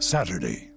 Saturday